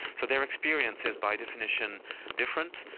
so their experience is by definition different.